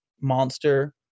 monster